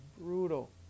brutal